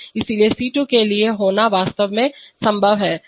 इसलिए C2 के लिए होना वास्तव में संभव है